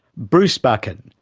bruce buchan,